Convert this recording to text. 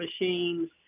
machines